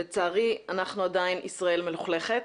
לצערי, אנחנו עדיין ישראל מלוכלכת,